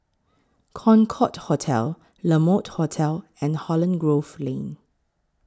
Concorde Hotel La Mode Hotel and Holland Grove Lane